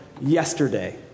yesterday